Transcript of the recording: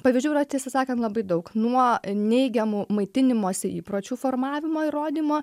pavyzdžių yra tiesą sakant labai daug nuo neigiamų maitinimosi įpročių formavimo ir rodymo